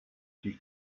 die